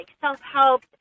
self-help